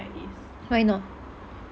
why not